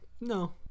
No